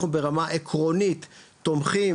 אנחנו ברמה העקרונית תומכים,